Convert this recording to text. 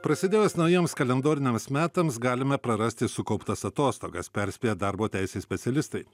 prasidėjus naujiems kalendoriniams metams galime prarasti sukauptas atostogas perspėja darbo teisės specialistai